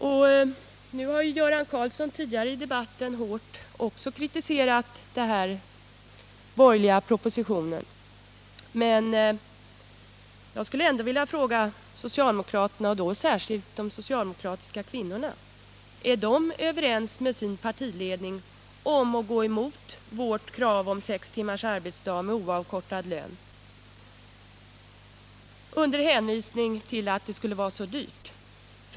Också Göran Karlsson har tidigare i debatten hårt kritiserat den borgerliga propositionen, men jag skulle ändå vilja fråga socialdemokraterna och särskilt de socialdemokratiska kvinnorna: Är de överens med sin partiledning om att gå emot vårt krav på sex timmars arbetsdag med oavkortad lön, under hänvisning till att det skulle vara för dyrt?